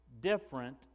different